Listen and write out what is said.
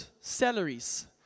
salaries